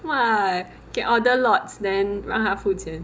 !wah! can order lots then 让他付钱